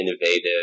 innovative